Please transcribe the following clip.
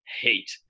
hate